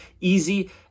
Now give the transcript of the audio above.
easy